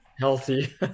healthy